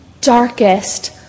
darkest